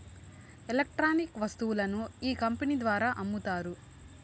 electronic వస్తువులను ఈ company ద్వారా అమ్ముతారు